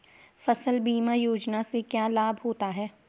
फसल बीमा योजना से क्या लाभ होता है?